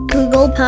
Google